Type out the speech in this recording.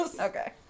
Okay